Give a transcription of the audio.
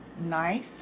nice